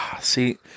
See